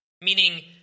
Meaning